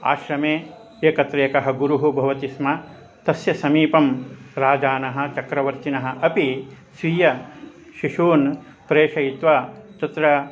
आश्रमे एकत्र एकः गुरुः भवति स्म तस्य समीपं राजानः चक्रवर्तिनः अपि स्वीयशिशून् प्रेषयित्वा तत्र